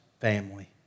family